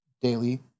daily